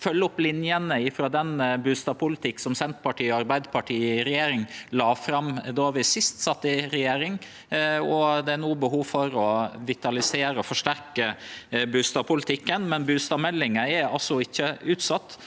følgjer opp linjene frå den bustadpolitikken som Senterpartiet og Arbeidarpartiet i regjering la fram då vi sist sat i regjering, og det er no behov for å vitalisere og forsterke bustadpolitikken. Men bustadmeldinga er altså ikkje utsett: